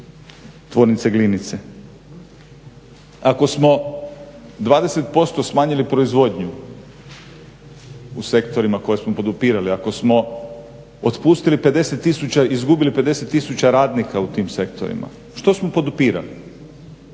tvornice Glinice. Ako smo 20% smanjili proizvodnju u sektorima koje smo podupirali, ako smo otpustili izgubili 50 tisuća radnika u tim sektorima, što smo podupirali?